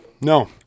no